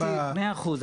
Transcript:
אז מה אם החוק מחייב?